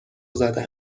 زده